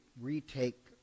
retake